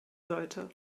sollte